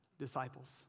disciples